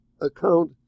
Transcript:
account